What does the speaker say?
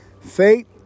Faith